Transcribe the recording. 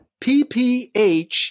PPH